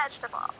vegetable